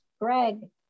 Greg